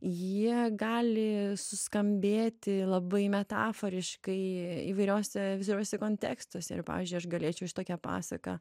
jie gali suskambėti labai metaforiškai įvairiuose vizualiuose kontekstuose ir pavyzdžiui aš galėčiau šitokią pasaką